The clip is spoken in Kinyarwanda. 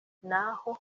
naho